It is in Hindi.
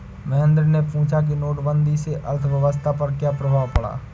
महेंद्र ने पूछा कि नोटबंदी से अर्थव्यवस्था पर क्या प्रभाव पड़ा